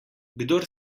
kdor